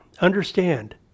understand